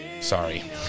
Sorry